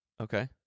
Okay